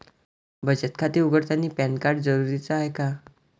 बचत खाते उघडतानी पॅन कार्ड जरुरीच हाय का?